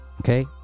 okay